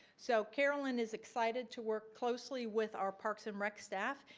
so carolyn is excited to work closely with our parks and rec staff.